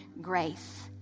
grace